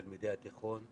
תלמידי התיכון,